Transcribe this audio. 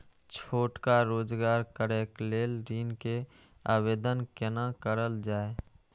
छोटका रोजगार करैक लेल ऋण के आवेदन केना करल जाय?